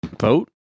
Vote